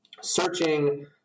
searching